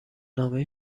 نامه